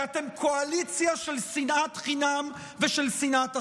כי אתם קואליציה של שנאת חינם ושל שנאת אחים.